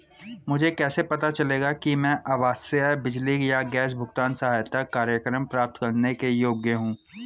मुझे कैसे पता चलेगा कि मैं आवासीय बिजली या गैस भुगतान सहायता कार्यक्रम प्राप्त करने के योग्य हूँ?